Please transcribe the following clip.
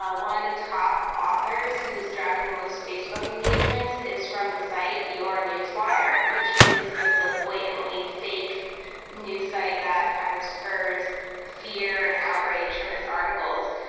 ah the top authors who is driving the most facebook engagements is from the site yournewswire, which is just a blatantly fake news site that kind of spurs fear and outrage from its articles.